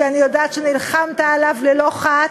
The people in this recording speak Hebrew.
שאני יודע שנלחמת עליו ללא חת.